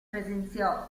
presenziò